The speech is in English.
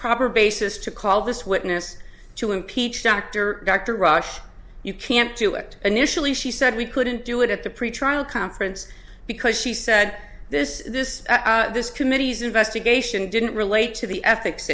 proper basis to call this witness to impeach dr dr rush you can't do it initially she said we couldn't do it at the pretrial conference because she said this this this committee's investigation didn't relate to the ethics